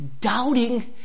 Doubting